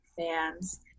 fans